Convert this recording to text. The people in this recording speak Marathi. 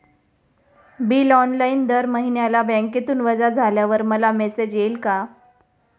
बिल ऑनलाइन दर महिन्याला बँकेतून वजा झाल्यावर मला मेसेज येईल का?